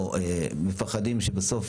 או הם מפחדים שבסוף,